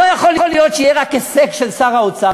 לא יכול להיות שיהיה רק הישג של שר האוצר,